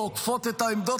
העוקפות את העמדות,